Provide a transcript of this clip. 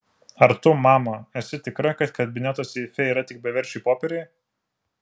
ar tu mama esi tikra kad kabineto seife yra tik beverčiai popieriai